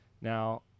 now